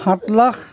সাত লাখ